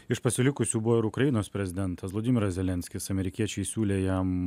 iš pasilikusių buvo ir ukrainos prezidentas vladimiras zelenskis amerikiečiai siūlė jam